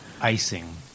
icing